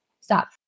stop